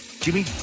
Jimmy